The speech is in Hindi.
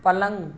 पलंग